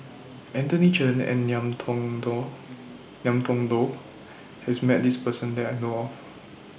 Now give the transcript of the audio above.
Anthony Chen and Ngiam Tong Dow Ngiam Tong Dow has Met This Person that I know of